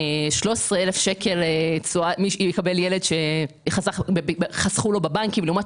13,000 שקל יקבל ילד שחסכו לו בבנקים לעומת